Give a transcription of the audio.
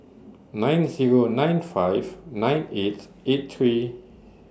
nine Zero nine five nine eight eight three